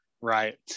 right